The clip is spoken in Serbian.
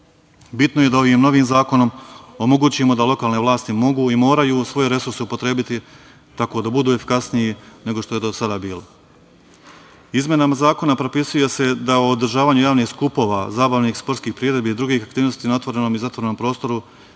buke. Bitno je da je ovim novim zakonom omogućimo da lokalne vlasti mogu i moraju svoje resurse upotrebiti tako da budu efikasniji nego što je do sada bilo. Izmenama zakona propisuje se da o održavanju javnih skupova, zabavnih i sportskih priredbi i drugih aktivnosti na otvorenom i zatvorenom prostoru